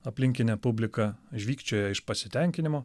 aplinkinė publika žvygčioja iš pasitenkinimo